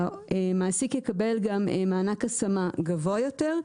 המעסיק יקבל גם מענק השמה גבוה יותר.